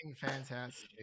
fantastic